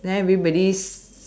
then everybody's